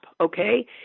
Okay